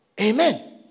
Amen